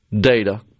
data